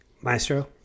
Maestro